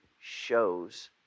shows